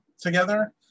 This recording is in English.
together